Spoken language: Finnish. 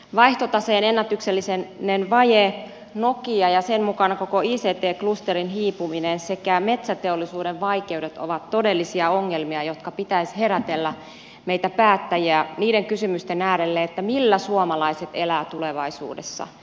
vaihtotaseen ennätyksellinen vaje nokia ja sen mukana koko ict klusterin hiipuminen sekä metsäteollisuuden vaikeudet ovat todellisia ongelmia joiden pitäisi herätellä meitä päättäjiä niiden kysymysten äärelle millä suomalaiset elävät tulevaisuudessa